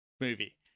movie